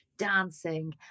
dancing